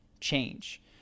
change